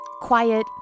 Quiet